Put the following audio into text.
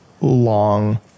long